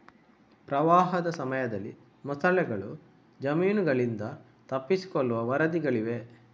ಪ್ರವಾಹದ ಸಮಯದಲ್ಲಿ ಮೊಸಳೆಗಳು ಜಮೀನುಗಳಿಂದ ತಪ್ಪಿಸಿಕೊಳ್ಳುವ ವರದಿಗಳಿವೆ